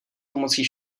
pomocí